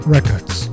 Records